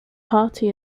party